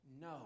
no